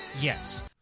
Yes